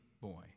boy